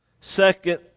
Second